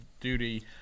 duty